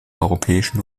europäischen